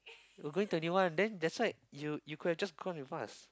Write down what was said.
we're going to a new one then that's why you you could have just come with us